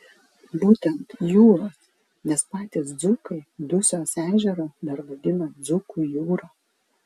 būtent jūros nes patys dzūkai dusios ežerą dar vadina dzūkų jūra